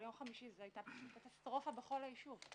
אבל ביום חמישי זו היתה קטסטרופה בכל הישוב.